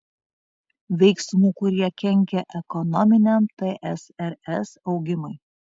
veiksmų kurie kenkia ekonominiam tsrs augimui